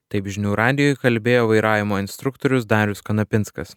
taip žinių radijui kalbėjo vairavimo instruktorius darius kanapinskas